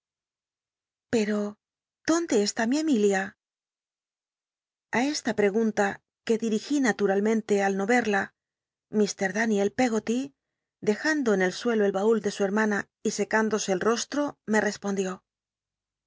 pero dónde estaba mi emilia a esta pregunta que dil'igí naturalmente al no vel'ln mr daniel peggoty dejando en el suelo el baul de su hermana y sccú ndose el rostto me responclió